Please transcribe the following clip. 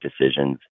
decisions